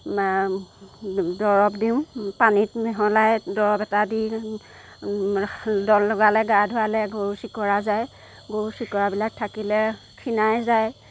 দৰৱ দিওঁ পানীত মিহলাই দৰৱ এটা দি লগালে গা ধোৱালে গৰু চিকৰা যায় গৰু চিকৰাবিলাক থাকিলে খিনাই যায়